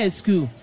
school